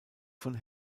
von